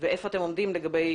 ואיפה אתם עומדים לגבי